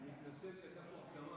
אני מתנצל, הייתה פה הקדמה.